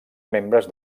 membres